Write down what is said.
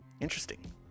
Interesting